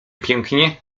pięknie